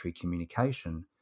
communication